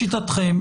לשיטתכם,